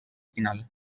final